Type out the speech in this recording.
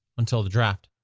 until the draft.